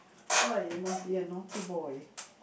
!wah! you must be a naughty boy